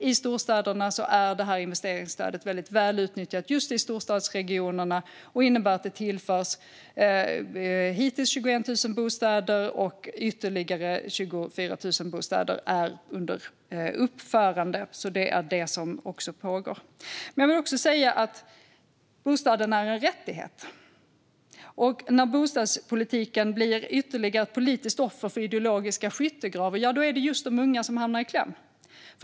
I storstadsregionerna är investeringsstödet väl utnyttjat, och det innebär att det hittills har tillförts 21 000 bostäder och ytterligare 24 000 bostäder är under uppförande. Det är vad som pågår. Bostaden är en rättighet. När bostadspolitiken blir ytterligare ett offer för ideologiska skyttegravskrig är det de unga som hamnar i kläm.